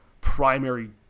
primary